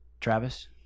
Travis